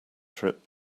trip